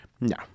No